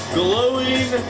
glowing